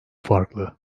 farklı